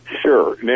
Sure